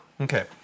Okay